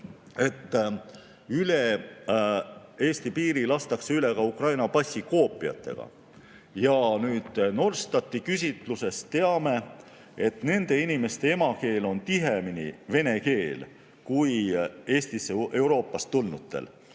et üle Eesti piiri lastakse ka Ukraina passi koopiatega. Norstati küsitlusest teame, et nende inimeste emakeel on tihemini vene keel kui Eestisse Euroopast tulnutel